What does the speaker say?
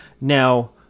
Now